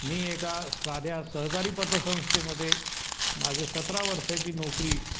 मी एका साध्या सहकारी पतसंस्थेमध्ये माझी सतरा वर्षांची नोकरी